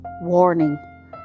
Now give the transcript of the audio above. warning